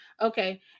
Okay